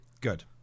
Good